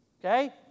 Okay